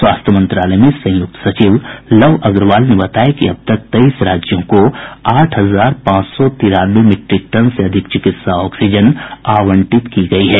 स्वास्थ्य मंत्रालय में संयुक्त सचिव लव अग्रवाल ने बताया कि अब तक तेईस राज्यों को आठ हजार पांच सौ तिरानवे मीट्रिक टन से अधिक चिकित्सा ऑक्सीजन आवंटित की गई है